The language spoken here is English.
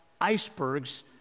icebergs